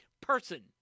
person